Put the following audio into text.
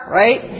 right